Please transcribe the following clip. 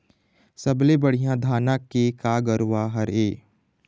सबले बढ़िया धाना के का गरवा हर ये?